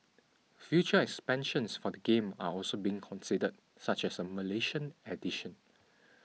future expansions for the game are also been considered such as a Malaysian edition